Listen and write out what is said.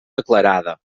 declarada